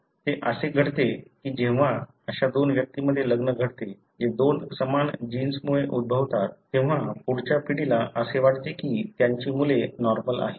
ते असे घडते की जेव्हा अशा दोन व्यक्तींमध्ये लग्न घडते जे दोन समान जीन्समुळे उद्भवतात तेव्हा पुढच्या पिढीला असे वाटते की त्यांची मुले नॉर्मल आहेत